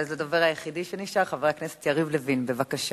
הדובר היחיד שנשאר, חבר הכנסת יריב לוין, בבקשה.